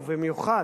ובמיוחד,